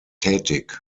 tätig